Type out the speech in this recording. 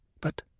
But